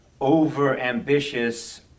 over-ambitious